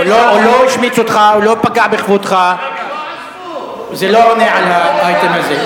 הוא לא פגע בכבודך, זה לא עונה על האייטם הזה.